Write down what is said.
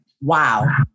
Wow